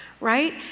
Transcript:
right